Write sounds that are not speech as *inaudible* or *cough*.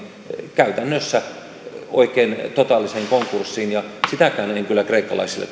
käytännössä oikein totaaliseen konkurssiin ja sitäkään en en kyllä kreikkalaisille *unintelligible*